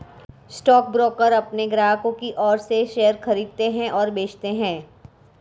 stockbroker अपने ग्राहकों की ओर से शेयर खरीदते हैं और बेचते हैं